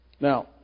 Now